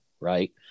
right